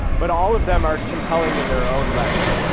but all of them are compelling in their own right